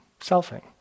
selfing